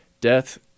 death